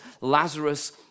Lazarus